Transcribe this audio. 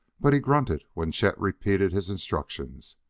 but he grunted when chet repeated his instructions,